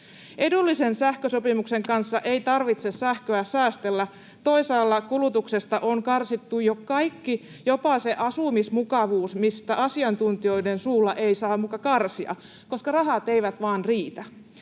Edullisen sähkösopimuksen kanssa ei tarvitse sähköä säästellä. Toisaalla kulutuksesta on karsittu jo kaikki, jopa se asumismukavuus — mistä asiantuntijoiden suulla ei saa muka karsia — koska rahat eivät vaan riitä.